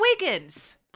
Awakens